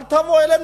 אל תבואו אלינו,